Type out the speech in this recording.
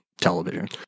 television